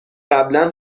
قبلا